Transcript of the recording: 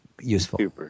useful